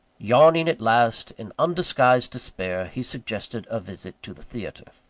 yawning at last, in undisguised despair, he suggested a visit to the theatre.